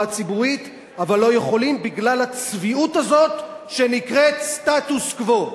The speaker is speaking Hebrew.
הציבורית אבל לא יכולים בגלל הצביעות הזאת שנקראת סטטוס-קוו.